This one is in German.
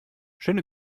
schöne